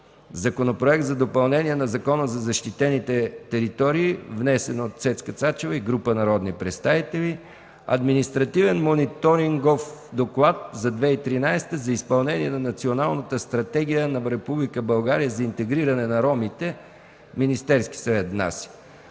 Законопроект за допълнение на Закона за защитените територии. Вносители – Цецка Цачева и група народни представители. Административен мониторингов доклад за 2013 г. за изпълнение на Националната стратегия на Република България за интегриране на ромите 2012-2020 г.